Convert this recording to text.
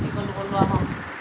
যি ক'লো ক'লো আৰু